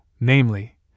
namely